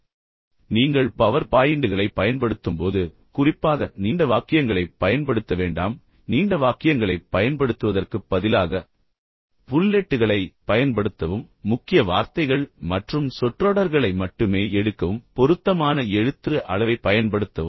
எனவே நீங்கள் பவர் பாயிண்டுகளை பயன்படுத்தும்போது குறிப்பாக நீண்ட வாக்கியங்களைப் பயன்படுத்த வேண்டாம் நீண்ட வாக்கியங்களைப் பயன்படுத்துவதற்குப் பதிலாக புல்லெட்டுகளை பயன்படுத்தவும் முக்கிய வார்த்தைகள் மற்றும் சொற்றொடர்களை மட்டுமே எடுக்கவும் பொருத்தமான எழுத்துரு அளவைப் பயன்படுத்தவும்